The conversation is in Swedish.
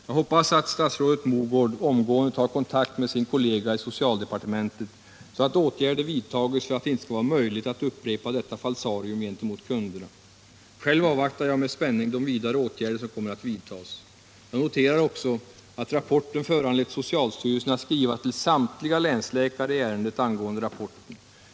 Jag hoppas att statsrådet Mogård omgående tar kontakt med sin kollega i socialdepartementet så att åtgärder vidtages för att det inte skall vara möjligt att upprepa detta falsarium gentemot kunderna. Själv avvaktar jag med spänning de vidare åtgärder som kommer att vidtagas. Jag noterar också att rapporten föranlett socialstyrelsen att skriva till samtliga länsläkare i ärendet angående rapporten.